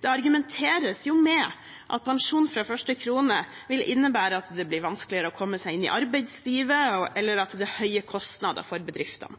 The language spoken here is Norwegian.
Det argumenteres jo med at pensjon fra første krone vil innebære at det blir vanskeligere å komme seg inn i arbeidslivet, og at det er høye kostnader for bedriftene,